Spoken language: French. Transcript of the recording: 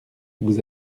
vous